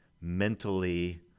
mentally